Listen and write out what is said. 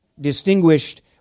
Distinguished